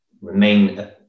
remain